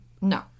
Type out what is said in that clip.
No